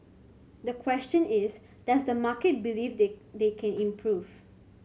the question is does the market believe they they can improve